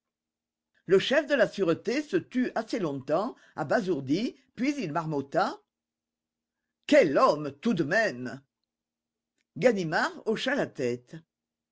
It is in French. le chef de la sûreté se tut assez longtemps abasourdi puis il marmotta quel homme tout de même ganimard hocha la tête